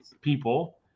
people